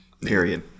Period